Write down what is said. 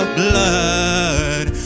blood